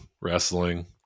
wrestling